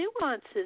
nuances